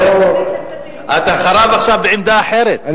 בעמדה אחרת.